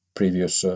previous